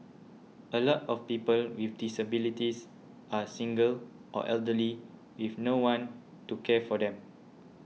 a lot of people with disabilities are single or elderly with no one to care for them